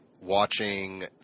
watching